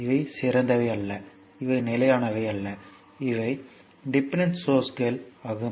இவை சிறந்தவை அல்ல இவை நிலையானவை அல்ல இவை டிபெண்டன்ட் சோர்ஸ்கள் ஆகும்